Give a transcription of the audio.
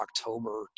October